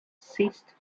ceased